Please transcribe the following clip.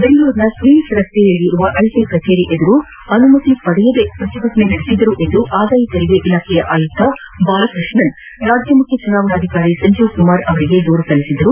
ಬೆಂಗಳೂರಿನ ಕ್ವೀನ್ಸ್ ರಸ್ತೆಯಲ್ಲಿರುವ ಐಟಿ ಕಚೇರಿ ಎದುರು ಅನುಮತಿ ಪಡೆಯದೆ ಪ್ರತಿಭಟನೆ ನಡೆಸಿದ್ದರೆಂದು ಆದಾಯ ತೆರಿಗೆ ಇಲಾಖೆ ಆಯುಕ್ತ ಬಾಲಕೃಷ್ಣನ್ ರಾಜ್ಯ ಮುಖ್ಯ ಚುನಾವಣಾಧಿಕಾರಿ ಸಂಜೀವ್ ಕುಮಾರ್ ಅವರಿಗೆ ದೂರು ಸಲ್ಲಿಸಿದ್ದರು